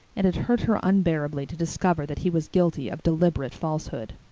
and it hurt her unbearably to discover that he was guilty of deliberate falsehood.